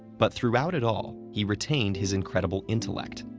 but throughout it all, he retained his incredible intellect,